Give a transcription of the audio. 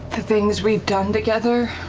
the things we've done together,